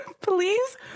please